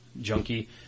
junkie